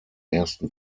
ersten